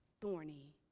thorny